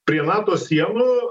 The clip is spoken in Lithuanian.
prie nato sienų